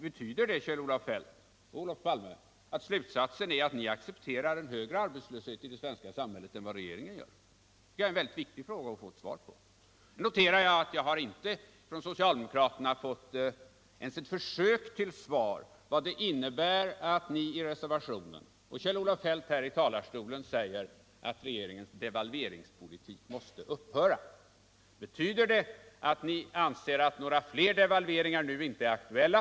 Betyder det då, Kjell-Olof Feldt och Olof Palme, att ni accepterar en högre arbetslöshet i det svenska samhället än vad regeringen gör? Jag tycker det är mycket viktigt att få ett svar på den frågan. Men jag noterar samtidigt att socialdemokraterna inte ens har gjort ett försök att svara på den tidigare trågan vad det innebär att - som det står i reservationen och som Kjell-Olof Feldt sade här i talarstolen — regeringens devalveringspolitik måste upphöra? Betyder det att ni anser att några fler devalveringar nu inte är aktuella?